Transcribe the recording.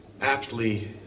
aptly